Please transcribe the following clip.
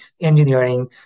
engineering